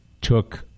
took